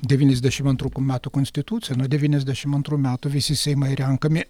devyniasdešimt antrų metų konstituciją nuo devyniasdešimt antrų metų visi seimai renkami